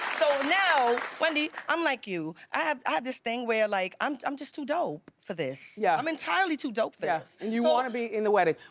so now, wendy, i'm like you. i have this thing where, like, i'm i'm just too dope for this. yeah i'm entirely too dope for this. and you want to be in the wedding.